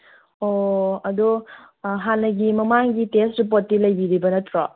ꯑꯣ ꯑꯗꯣ ꯍꯥꯟꯅꯒꯤ ꯃꯃꯥꯡꯒꯤ ꯇꯦꯁꯠ ꯔꯤꯄꯣꯔꯠꯇꯤ ꯂꯩꯕꯤꯔꯤꯕ ꯅꯠꯇ꯭ꯔꯣ